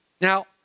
Now